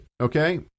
okay